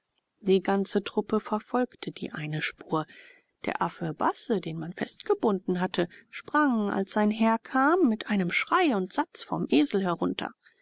die ganze truppe verfolgte die eine spur der affe basse den man festgebunden hatte sprang als sein herr kam mit einem schrei und satz vom esel herunter